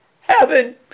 heaven